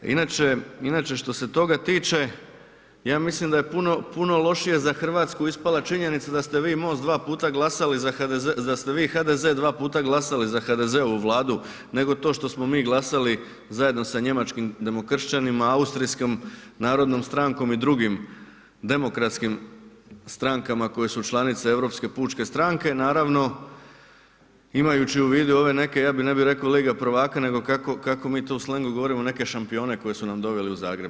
Inače što se toga tiče, ja mislim da je puno lošije za Hrvatsku ispala činjenica da ste vi MOST dva puta glasali za, da ste vi i HDZ dva puta glasali za HDZ-ovu vladu nego to što smo mi glasali zajedno sa njemačkim demokršćanima, austrijskom narodnom strankom i drugim demokratskim strankama koje su članice Europske pučke stranke, naravno imajući u vidi i ove neke, ne bi reko lige prvaka, nego kako mi to u slengu govorimo neke šampione koje su nam doveli u Zagreb.